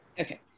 Okay